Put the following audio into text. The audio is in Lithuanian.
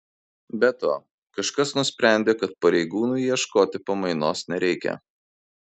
be to kažkas nusprendė kad pareigūnui ieškoti pamainos nereikia